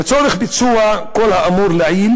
לצורך ביצוע כל האמור לעיל